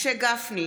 משה גפני,